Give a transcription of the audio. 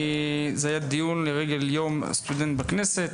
זה היה דיון לרגל יום הסטודנט בכנסת,